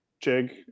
jig